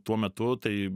tuo metu tai